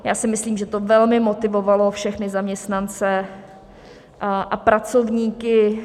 Já si myslím, že to velmi motivovalo všechny zaměstnance a pracovníky.